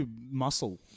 muscle